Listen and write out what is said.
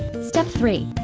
step three.